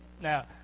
Now